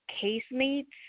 casemates